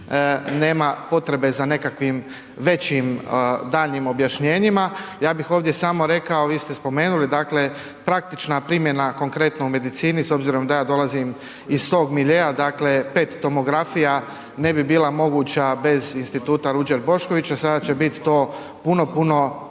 nema potrebe za nekakvim većim daljnjim objašnjenjima. Ja bih ovdje samo rekao, vi ste spomenuli dakle praktična primjena konkretno u medicini, s obzirom da ja dolazim iz tog miljea, dakle PET tomografija ne bi bila moguća bez Instituta Ruđer Bošković, a sada će bit to puno, puno